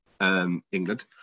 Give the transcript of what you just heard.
England